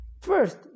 First